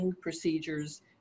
procedures